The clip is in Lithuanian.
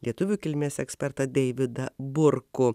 lietuvių kilmės ekspertą deividą burkų